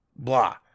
Blah